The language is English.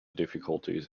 difficulties